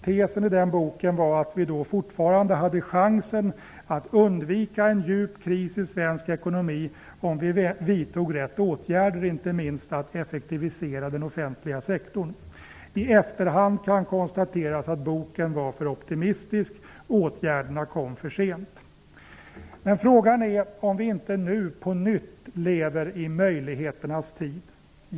Tesen i den boken var att vi då fortfarande hade chansen att undvika en djup kris i svensk ekonomi om vi vidtog rätt åtgärder, inte minst att effektivisera den offentliga sektorn. I efterhand kan konstateras att boken var för optimistisk. Åtgärderna kom för sent. Frågan är om vi inte nu på nytt lever i möjligheternas tid.